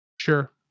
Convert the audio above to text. sure